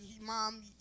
mom